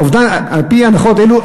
על-פי הנחות אלו,